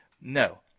no